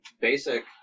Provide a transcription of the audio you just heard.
basic